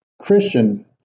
Christian